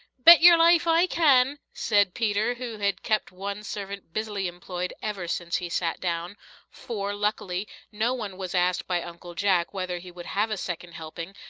bet yer life i can! said peter, who had kept one servant busily employed ever since he sat down for, luckily, no one was asked by uncle jack whether he would have a second helping,